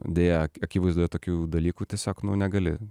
deja akivaizdoje tokių dalykų tiesiog nu negali